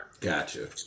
Gotcha